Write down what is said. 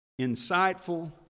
insightful